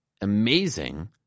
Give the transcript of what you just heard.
amazing